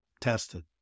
Tested